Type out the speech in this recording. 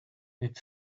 its